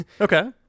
Okay